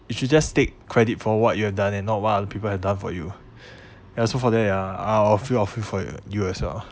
you should just take credit for what you have done and not what other people have done for you and also for that ya I I feel I feel for you as well